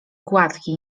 gładki